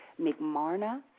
McMarna